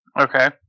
Okay